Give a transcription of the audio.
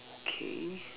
okay